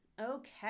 Okay